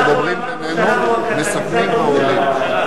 אנחנו למדנו שאנחנו הקטליזטור של הממשלה.